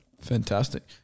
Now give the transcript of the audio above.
Fantastic